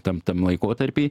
tam tam laikotarpy